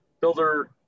builder